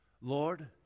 Lord